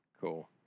Cool